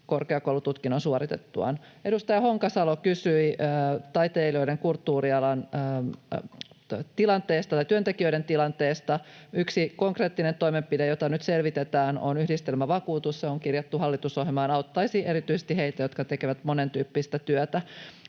korkeakoulututkinnon suoritettuaan. Edustaja Honkasalo kysyi taiteilijoiden ja kulttuurialan työntekijöiden tilanteesta. Yksi konkreettinen toimenpide, jota nyt selvitetään, on yhdistelmävakuutus. Se on kirjattu hallitusohjelmaan ja auttaisi erityisesti heitä, jotka tekevät monentyyppistä työtä.